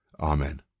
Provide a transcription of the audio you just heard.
Amen